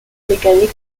mécanique